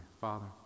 Father